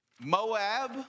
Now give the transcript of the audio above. moab